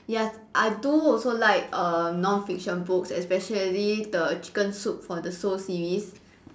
ya I do also like err non fiction books especially the chicken soup for the soul series